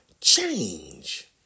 change